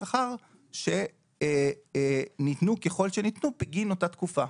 שכר שניתנו ככל שניתנו בגין אותה תקופה.